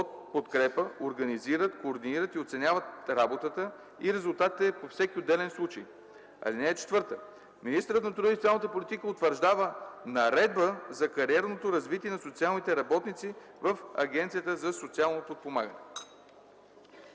подкрепа, организират, координират и оценяват работата и резултатите по всеки отделен случай. (4) Министърът на труда и социалната политика утвърждава наредба за кариерно развитие на социалните работници в Агенцията за социално подпомагане.”